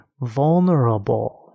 vulnerable